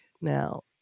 now